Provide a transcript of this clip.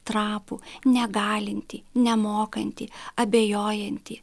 trapų negalintį nemokantį abejojantį